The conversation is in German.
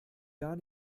gar